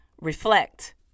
reflect